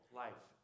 life